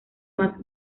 más